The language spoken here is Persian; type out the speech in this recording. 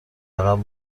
عقب